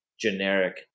generic